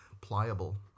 pliable